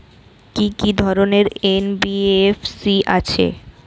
কি কি ধরনের এন.বি.এফ.সি আছে?